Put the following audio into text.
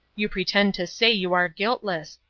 you pretend to say you are guiltless!